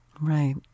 Right